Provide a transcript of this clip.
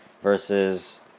versus